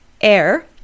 Air